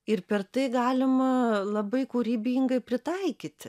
ir per tai galima labai kūrybingai pritaikyti